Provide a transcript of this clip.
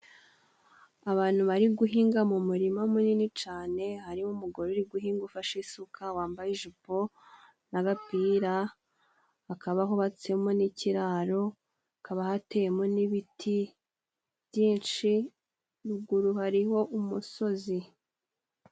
Abantu bari guhinga mu umurima munini cane, harimo umugore uri guhinga ufashe isuka, wambaye ijipo n'agapira akaba hubatsemo n'ikiraro, kaba hateyemo n'ibiti byinshi ruguru hariho umusozi.